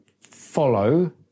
follow